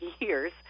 years